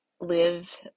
live